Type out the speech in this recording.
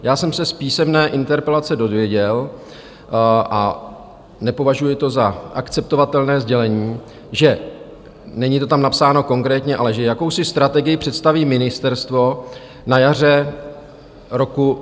Já jsem se z písemné interpelace dozvěděl, a nepovažuji to za akceptovatelné sdělení, není to tam napsáno konkrétně, ale že jakousi strategii představí ministerstvo na jaře roku 2023.